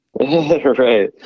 Right